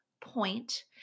point